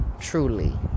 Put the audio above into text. Truly